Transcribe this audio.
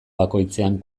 bakoitzean